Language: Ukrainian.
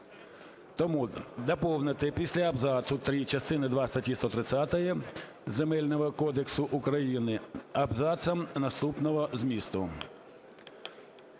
Тому доповнити після абзацу три частини два статті 130 Земельного кодексу України абзацом наступного змісту: